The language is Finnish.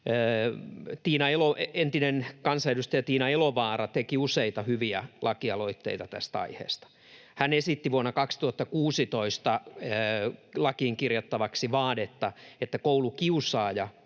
entinen kansanedustaja Tiina Elovaara teki useita hyviä lakialoitteita tästä aiheesta. Hän esitti vuonna 2016 lakiin kirjattavaksi vaadetta, että koulukiusaaja